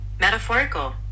metaphorical